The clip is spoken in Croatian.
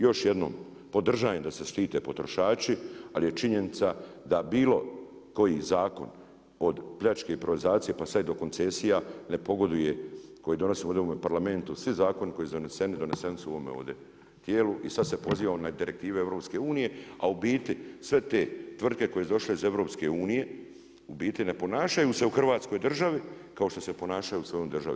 Još jednom, podržavam da se … potrošači, ali je činjenica da bilo koji zakon od pljačke, improvizacije, pa sve do koncesija, ne pogoduje, koji donose ovdje u parlamentu, svi zakoni koji su doneseni, doneseni su ovome ovdje tijelu i sad se pozivamo na direktive EU, a u biti sve te tvrtke koje su došle iz EU, u biti ne ponašaju se u Hrvatskoj državi, kao što se ponašaju u svojoj državi.